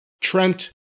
trent